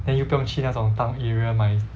then 又不用去那种 town area 买